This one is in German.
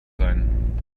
sein